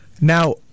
Now